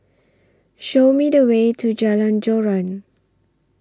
Show Me The Way to Jalan Joran